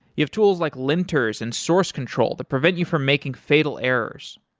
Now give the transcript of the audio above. if tools like linters and source control that prevent you from making fatal errors,